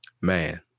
Man